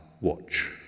watch